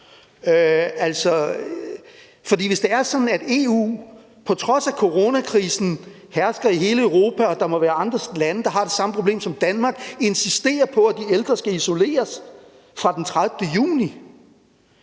at EU, på trods af at coronakrisen hersker i hele Europa og der må være andre lande, der har det samme problem som Danmark, insisterer på, at de ældre skal isoleres fra den 30. juni,